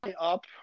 up